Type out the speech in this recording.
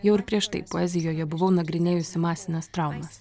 jau ir prieš tai poezijoje buvau nagrinėjusi masines traumas